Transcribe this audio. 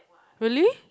really